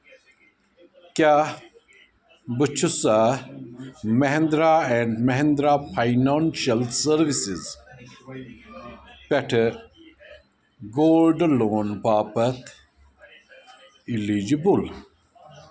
کیٛاہ بہٕ چھُسا Mahindra and Mahindra financial services پٮ۪ٹھٕ گولڈٕ لون باپتھ الیٖجِبٕل